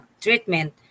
treatment